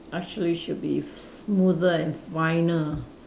actually should be smoother and finer